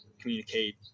communicate